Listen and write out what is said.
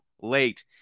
late